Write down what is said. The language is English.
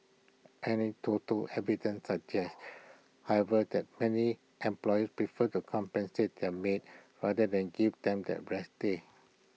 anecdotal evidence suggests however that many employers prefer to compensate their maids rather than give them that rest day